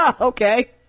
Okay